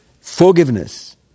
forgiveness